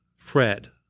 fred.